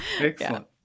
Excellent